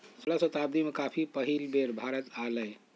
सोलह शताब्दी में कॉफी पहिल बेर भारत आलय